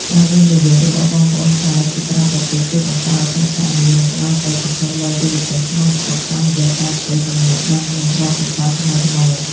ការវិនិយោគរបស់បងប្អូនខ្មែរពីក្រៅប្រទេស ជួយបង្កើត ឱកាសការងារ និងផ្ដល់ក្តីសង្ឃឹមដល់យុវជនក្នុងស្រុក តាមរយៈការផ្ទេរចំណេះដឹង និងបទពិសោធន៍ថ្មីៗ។